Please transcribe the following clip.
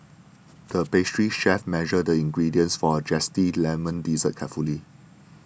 the pastry chef measured the ingredients for a Zesty Lemon Dessert carefully